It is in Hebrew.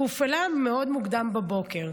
היא הופעלה מאוד מוקדם בבוקר.